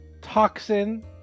toxin